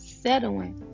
Settling